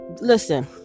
listen